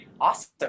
Awesome